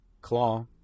claw